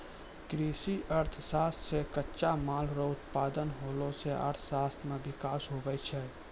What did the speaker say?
कृषि अर्थशास्त्र से कच्चे माल रो उत्पादन होला से अर्थशास्त्र मे विकास हुवै छै